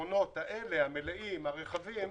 לפתרונות המלאים והרחבים,